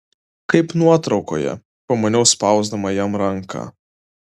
kaip nuotraukoje pamaniau spausdama jam ranką